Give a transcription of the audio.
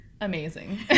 Amazing